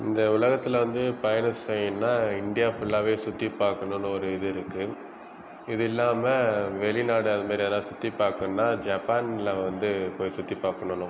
இந்த உலகத்தில் வந்து பயணம் செய்யுனுன்னா இந்தியா ஃபுல்லாவே சுற்றி பார்க்கணுன்னு ஒரு இது இருக்குது இது இல்லாமல் வெளிநாடு அதுமாதிரி யாரா சுற்றி பார்க்கணுன்னா ஜப்பானில் வந்து போய் சுற்றி பார்க்கணுன்னு